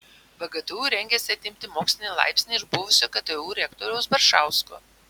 vgtu rengiasi atimti mokslinį laipsnį iš buvusio ktu rektoriaus baršausko